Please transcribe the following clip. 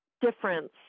difference